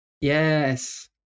Yes